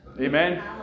Amen